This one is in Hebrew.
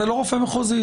זה לא רופא מחוזי,